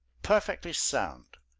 perfectly sound,